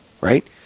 Right